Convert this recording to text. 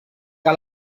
que